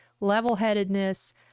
level-headedness